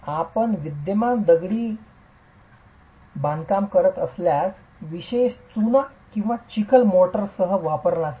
आपण विद्यमान दगडी बांधकामकाम करत असल्यास विशेषतः चुना किंवा चिखल मोर्टारच्या वापरासह